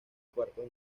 cuartos